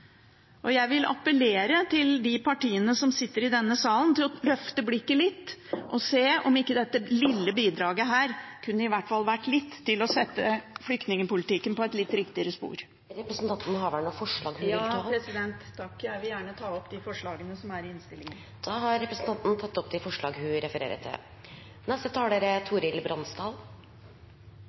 Jeg vil appellere til de partiene som sitter i denne salen, om å løfte blikket litt og se om ikke det lille bidraget i hvert fall kunne vært noe for å sette flyktningpolitikken på et litt riktigere spor. Representanten har vel noen forslag hun vil ta opp. Ja, jeg vil gjerne ta opp forslagene i innstillingen. Da har representanten Karin Andersen tatt opp de forslagene hun refererte til.